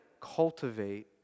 cultivate